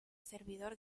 servidor